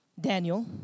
Daniel